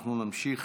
אנחנו נתחיל